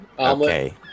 Okay